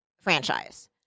franchise